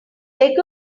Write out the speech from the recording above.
beg